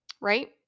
right